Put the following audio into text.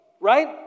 right